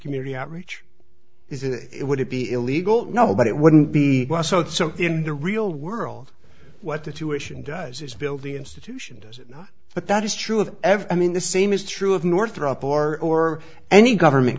community outreach is it would it be illegal no but it wouldn't be so in the real world what the tuition does is building institution does it not but that is true of every i mean the same is true of northrop or any government